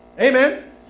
Amen